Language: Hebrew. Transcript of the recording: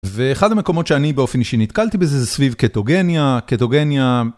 ואחד המקומות שאני באופן אישי נתקלתי בזה זה סביב קטוגניה, קטוגניה